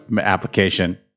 application